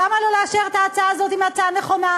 למה לא לאשר את ההצעה הזאת אם ההצעה נכונה?